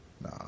Nah